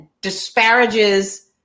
disparages